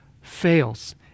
fails